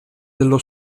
dello